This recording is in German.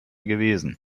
gewesen